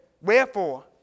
Wherefore